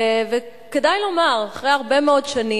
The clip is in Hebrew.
אבל לא מספיק